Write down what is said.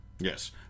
Yes